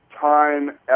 time